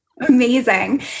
Amazing